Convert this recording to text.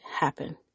happen